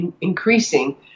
increasing